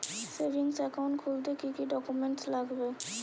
Savings account খুলতে কি কি ডকুমেন্টস লাগবে?